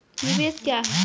निवेश क्या है?